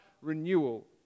renewal